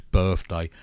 birthday